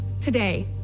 Today